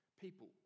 People